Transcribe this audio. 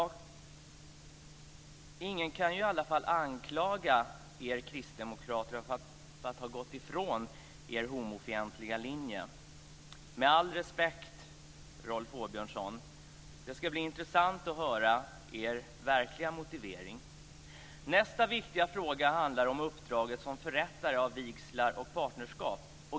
Ingen kan i alla fall anklaga er kristdemokrater för att ha gått ifrån er homofientliga linje. Med alla respekt, Rolf Åbjörnsson: Det ska bli intressant att höra er verkliga motivering. Nästa viktiga fråga handlar om uppdraget som förrättare av vigslar och partnerskap.